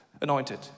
anointed